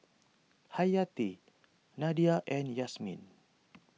Hayati Nadia and Yasmin